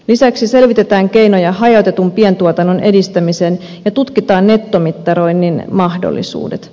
lisäksi selvitetään keinoja hajautetun pientuotannon edistämiseen ja tutkitaan nettomittaroinnin mahdollisuudet